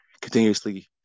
continuously